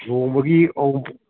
ꯂꯨꯍꯣꯡꯕꯒꯤ ꯑꯎꯟ